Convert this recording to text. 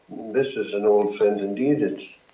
this is an old friend indeed it's